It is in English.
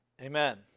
amen